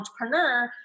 entrepreneur